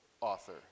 author